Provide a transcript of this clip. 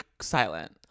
silent